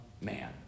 man